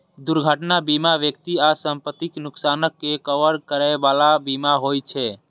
दुर्घटना बीमा व्यक्ति आ संपत्तिक नुकसानक के कवर करै बला बीमा होइ छे